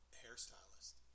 hairstylist